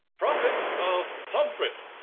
prophet of pomfret,